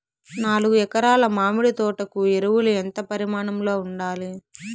నాలుగు ఎకరా ల మామిడి తోట కు ఎరువులు ఎంత పరిమాణం లో ఉండాలి?